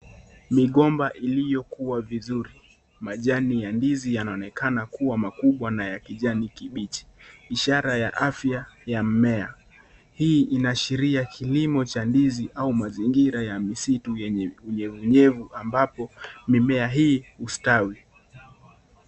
Migomba iliyokuwa vizuri ,majani ya ndizi yanaonekana kuwa makubwa na ya kijani kibichi , ishara ya afya ya mmea. Hii inaashiria kilimo cha ndizi au mazingira ya misitu yenye nyevunyevu ambapo mimea hii ustawi.